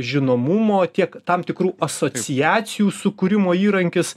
žinomumo tiek tam tikrų asociacijų sukūrimo įrankius